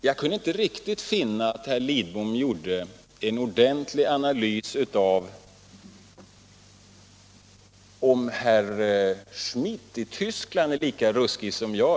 Jag kunde inte riktigt finna att herr Lidbom gjorde en ordentlig analys av frågan om herr Schmidt i Västtyskland är lika ruskig som jag.